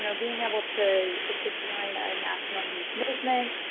you know being able to to join a national youth movement,